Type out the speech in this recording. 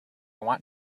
want